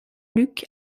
luc